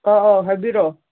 ꯑꯥ ꯑꯥ ꯍꯥꯏꯕꯤꯔꯛꯑꯣ